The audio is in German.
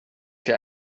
für